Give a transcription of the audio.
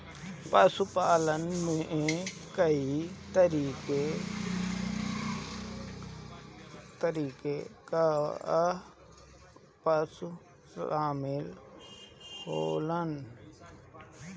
पशुपालन में कई तरीके कअ पशु शामिल होलन